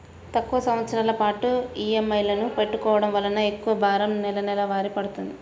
తక్కువ సంవత్సరాల పాటు ఈఎంఐలను పెట్టుకోవడం వలన ఎక్కువ భారం నెలవారీ పడ్తుంది